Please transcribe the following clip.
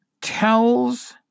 tells